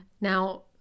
now